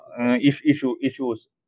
issues